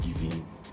giving